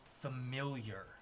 familiar